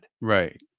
Right